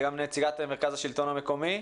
ליאת שוחט, שהיא גם נציגת מרכז השלטון המקומי.